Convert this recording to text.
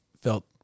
felt